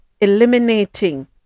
eliminating